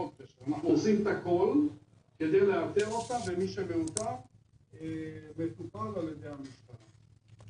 אנחנו עושים את הכול כדי לאתר אותם ומי שמאותר מטופל על-ידי הממשלה.